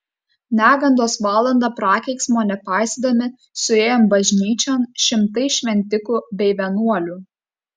negandos valandą prakeiksmo nepaisydami suėjo bažnyčion šimtai šventikų bei vienuolių